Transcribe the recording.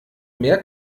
mehr